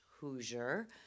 Hoosier